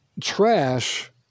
trash